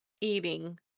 eating